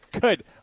Good